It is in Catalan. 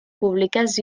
públiques